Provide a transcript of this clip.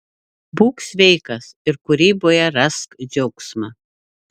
būk sveikas ir kūryboje rask džiaugsmą